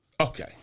okay